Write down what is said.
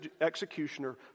executioner